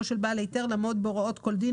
של בעל היתר לעמוד בהוראות כל דין,